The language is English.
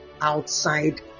outside